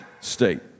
state